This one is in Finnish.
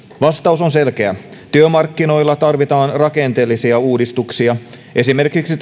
vastaus on selkeä työmarkkinoilla tarvitaan rakenteellisia uudistuksia tarvitaan esimerkiksi